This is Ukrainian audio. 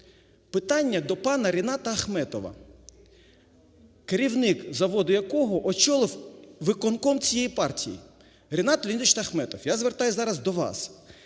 питання до пана Ріната Ахметова, керівник заводу якого очолив виконком цієї партії. Рінат Леонідович Ахметов, я звертаюсь сьогодні до вас,